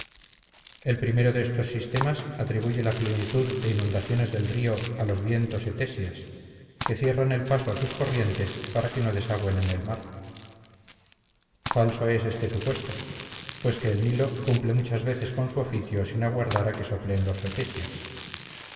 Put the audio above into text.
el primero de estos sistemas atribuye la plenitud e inundaciones del río a los vientos etésias que cierran el paso a sus corrientes para que no desagüen en el mar falso es este supuesto pues que el nilo cumple muchas veces con su oficio sin aguardar a que soplen los